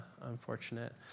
unfortunate